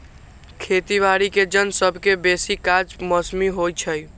खेती बाड़ीके जन सभके बेशी काज मौसमी होइ छइ